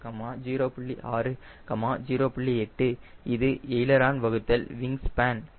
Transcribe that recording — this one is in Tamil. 8 இது எய்லரான் வகுத்தல் விங் ஸ்பேன்